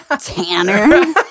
Tanner